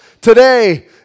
today